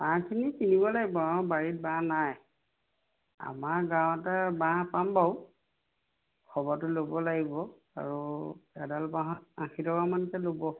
বাঁহখিনি কিনিব লাগিব আমাৰ বাৰীত বাঁহ নাই আমাৰ গাঁৱতে বাঁহ পাম বাৰু খবৰটো ল'ব লাগিব আৰু এডাল বাঁহত আশী টকামানকে ল'ব